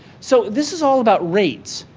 so, this is all about rates.